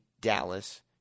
Dallas